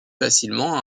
facilement